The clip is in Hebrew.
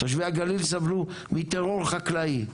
תושבי הגליל סבלו מטרור חקלאי,